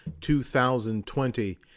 2020